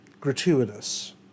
gratuitous